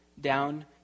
down